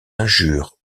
injures